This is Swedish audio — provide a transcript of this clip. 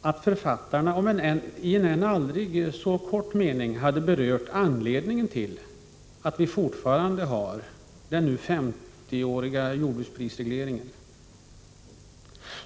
att författarna om än aldrig så kort hade berört anledningen till att vi fortfarande har den nu 50-åriga jordbruksprisregleringen.